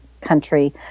country